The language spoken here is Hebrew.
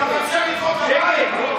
אתה מאפשר למחוא כפיים?